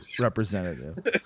representative